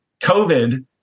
COVID